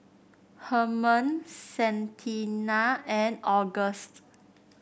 Hermann Santina and August